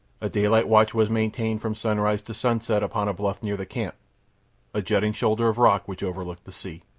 a daylight watch was maintained from sunrise to sunset upon a bluff near the camp a jutting shoulder of rock which overlooked the sea.